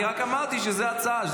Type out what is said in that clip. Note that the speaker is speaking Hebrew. אני רק אמרתי שזו הצעה,